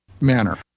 manner